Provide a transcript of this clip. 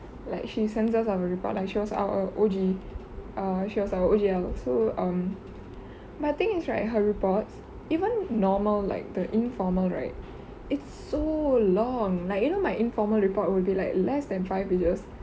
like she sends us our report she was our O_G err she was our O_G_L so um but the thing is right her reports even normal like the informal right it's so long like you know my informal report would be like less than five pages